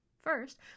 First